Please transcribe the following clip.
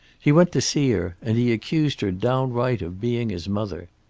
he went to see her, and he accused her downright of being his mother.